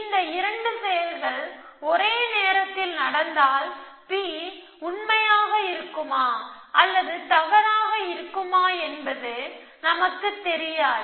இந்த இரண்டு செயல்கள் ஒரே நேரத்தில் நடந்தால் P உண்மையாக இருக்குமா அல்லது தவறாக இருக்குமா என்பது நமக்குத் தெரியாது